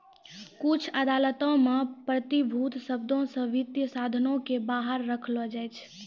कुछु अदालतो मे प्रतिभूति शब्दो से वित्तीय साधनो के बाहर रखलो जाय छै